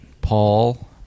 paul